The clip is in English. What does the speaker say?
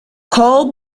coal